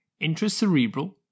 Intracerebral